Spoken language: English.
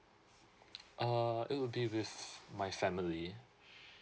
uh it would be with my family